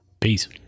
Peace